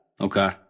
Okay